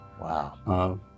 Wow